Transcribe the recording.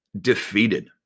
defeated